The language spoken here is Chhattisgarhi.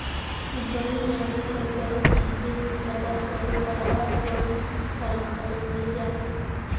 बन मारे कर दवई छीटे में फायदा करे वाला बन हर घलो मइर जाथे